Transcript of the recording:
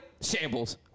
shambles